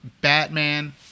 Batman